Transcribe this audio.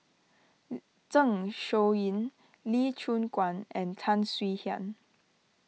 Zeng Shouyin Lee Choon Guan and Tan Swie Hian